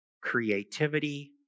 creativity